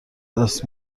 دست